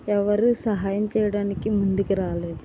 ఎవరు సహాయం చేయడానికి ముందుకు రాలేదు